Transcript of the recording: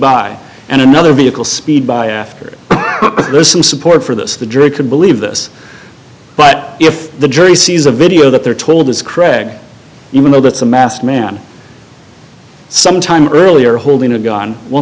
by and another vehicle speed by after there's some support for this the jury could believe this but if the jury sees a video that they're told is kreg even though that's a masked man sometime earlier holding a gun well